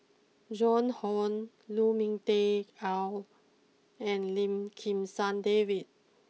Joan Hon Lu Ming Teh Earl and Lim Kim San David